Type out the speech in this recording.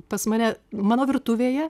pas mane mano virtuvėje